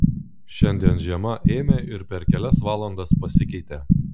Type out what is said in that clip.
šiandien žiema ėmė ir per kelias valandas pasikeitė